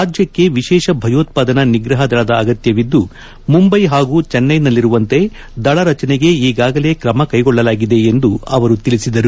ರಾಜ್ಯಕ್ಷೆ ವಿಶೇಷ ಭಯೋತ್ಪಾದನಾ ನಿಗ್ರಹ ದಳದ ಅಗತ್ತವಿದ್ದು ಮುಂಬೈ ಹಾಗೂ ಚೆನ್ನೈನಲ್ಲಿರುವಂತೆ ದಳ ರಚನೆಗೆ ಈಗಾಗಲೇ ಕ್ರಮಕೈಗೊಳ್ಳಲಾಗಿದೆ ಎಂದು ಅವರು ತಿಳಿಸಿದರು